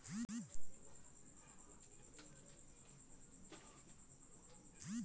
భీమ క్లెయిం ఎలా చేయాలి?